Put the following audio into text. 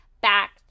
back